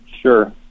Sure